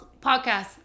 podcast